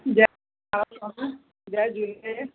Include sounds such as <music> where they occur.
जय <unintelligible> जय झूले